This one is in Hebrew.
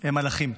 הם מלאכים,